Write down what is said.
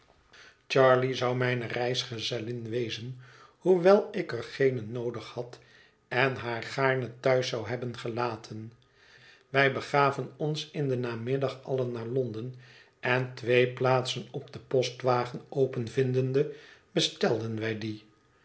charley zou mijne reisgezellin wezen hoewel ik er geene noodig had en haar gaarne thuis zou hebben gelaten wij begaven ons in den namiddag allen naar londen en twee plaatsen op den postwagen open vindende bestelden wij die